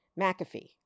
McAfee